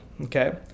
okay